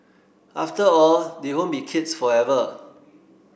after all they won't be kids forever